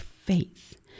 faith